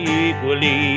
equally